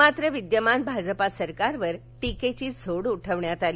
मात्र विद्यमान भाजपा सरकारवर टीकेची झोड उठवली